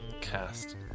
cast